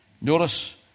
Notice